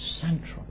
Central